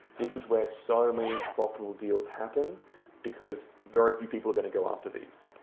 this is where so many profitable deals happen because very few people are gonna go after these.